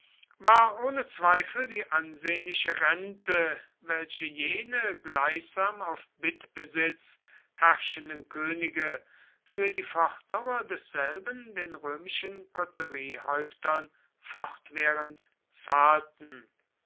war ohne zweifel die ansehnliche rente welche jene gleichsam auf bittbesitz herrschenden könige für die fortdauer desselben den römischen koteriehäuptern fortwährend zahlten